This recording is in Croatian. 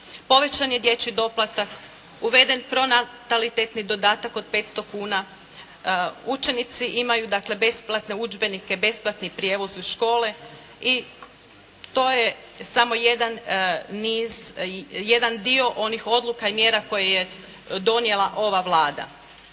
Povećan je dječji doplatak, uveden pronatalitetni dodatak od 500 kuna, učenici imaju dakle besplatne udžbenike, besplatni prijevoz u škole i to je samo jedan dio onih odluka i mjera koje je donijela ova Vlada.